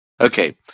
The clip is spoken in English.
Okay